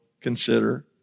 consider